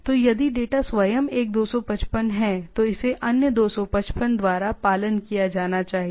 तो यदि डेटा स्वयं एक 255 है तो इसे अन्य 255 द्वारा पालन किया जाना चाहिए